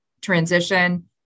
transition